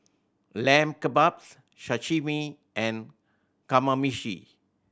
Lamb Kebabs Sashimi and Kamameshi